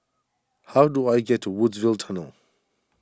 how do I get to Woodsville Tunnel